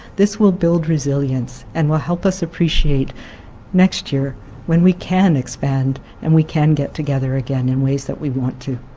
this will build resilience and will help us appreciate next year when we can expand and can get together again in ways that we want to.